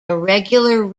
irregular